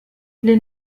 les